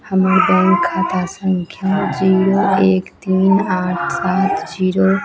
हमर बैँक खाता सँख्या जीरो एक तीन आठ सात जीरो